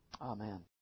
amen